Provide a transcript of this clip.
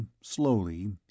slowly